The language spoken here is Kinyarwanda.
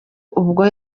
ubwo